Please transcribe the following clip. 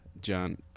John